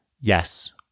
Yes